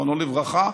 זיכרונו לברכה,